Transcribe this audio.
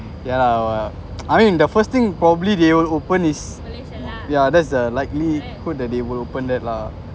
yeah lah uh I mean the first thing probably they will open is yeah that's the likelihood that they will open that lah